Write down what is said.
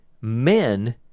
men